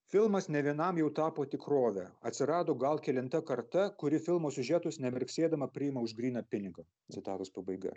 filmas ne vienam jau tapo tikrove atsirado gal kelinta karta kuri filmų siužetus nemirksėdama priima už gryną pinigą citatos pabaiga